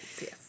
yes